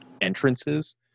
entrances